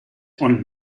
und